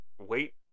wait